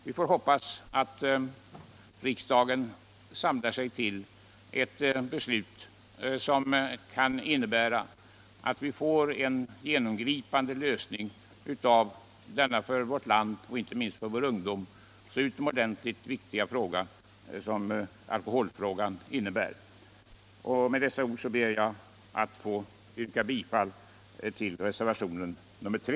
Vi får hoppas att riksdagen samlar sig till ett beslut som kan innebära att vi får en genomgripande lösning av den för vårt land och inte minst vår ungdom så viktiga fråga som alkoholfrågan är. Med detta ber jag att få yrka bifall till reservationen 3.